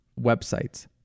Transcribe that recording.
websites